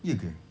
ye ke